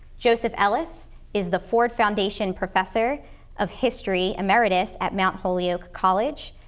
joseph ellis is the ford foundation professor of history emeritus at mount holyoke college.